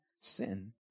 sin